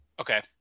Okay